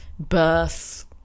birth